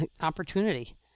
opportunity